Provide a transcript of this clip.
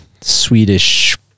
Swedish